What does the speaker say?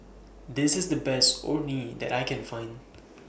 This IS The Best Orh Nee that I Can Find